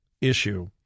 issue